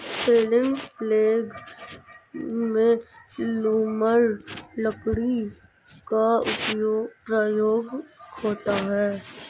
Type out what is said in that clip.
ceiling प्लेग में लूमर लकड़ी का प्रयोग होता है